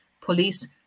police